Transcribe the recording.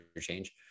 change